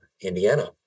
Indiana